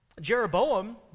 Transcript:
Jeroboam